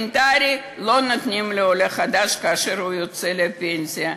לא נותנים לעולה חדש את הדבר האלמנטרי כאשר הוא יוצא לפנסיה?